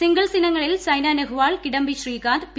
singles ഇനങ്ങളിൽ Saina Nehwal Kidambi Srikanth P